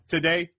Today